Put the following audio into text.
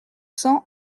cents